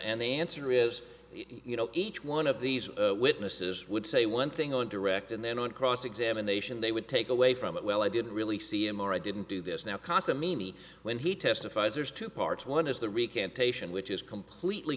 and the answer is you know each one of these witnesses would say one thing on direct and then on cross examination they would take away from it well i didn't really see him or i didn't do this now casa mimi when he testifies there's two parts one is the recantation which is completely